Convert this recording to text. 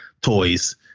toys